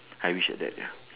I wish like that ya